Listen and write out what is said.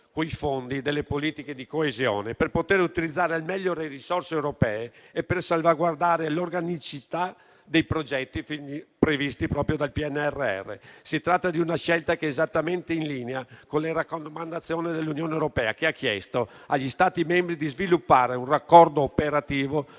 con i fondi delle politiche di coesione, per utilizzare al meglio le risorse europee e per salvaguardare l'organicità dei progetti previsti proprio dal PNRR. Si tratta di una scelta che è esattamente in linea con le raccomandazioni dell'Unione europea, che ha chiesto agli Stati membri di sviluppare un raccordo operativo